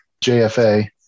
JFA